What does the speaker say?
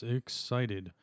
excited